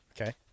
Okay